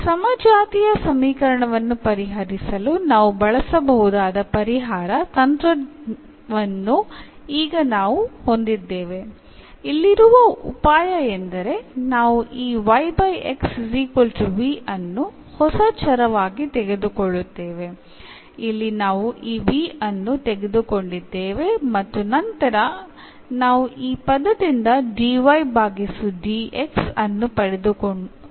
അത്തരമൊരു സമവാക്യം പരിഹരിക്കുന്നതിന് ഉപയോഗിക്കാവുന്ന സൊല്യൂഷൻ ടെക്നിക് നമുക്കുണ്ട്